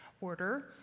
order